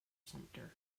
sumpter